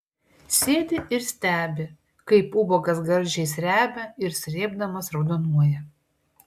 sėdi ir stebi kaip ubagas gardžiai srebia ir srėbdamas raudonuoja